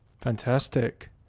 Fantastic